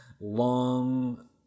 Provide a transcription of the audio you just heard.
long